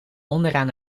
onderaan